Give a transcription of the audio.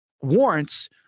warrants